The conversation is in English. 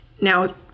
Now